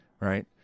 right